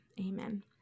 amen